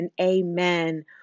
amen